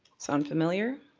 sound familiar?